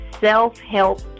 self-help